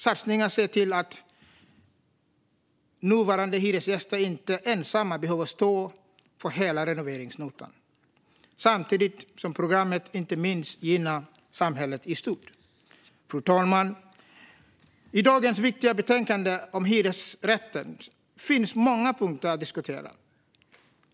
Satsningen ser till att nuvarande hyresgäster inte ensamma behöver stå för hela renoveringsnotan samtidigt som programmet inte minst gynnar samhället i stort. Fru talman! I dagens viktiga betänkande om hyresrätt finns många punkter att diskutera.